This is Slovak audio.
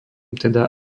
teda